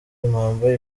impamba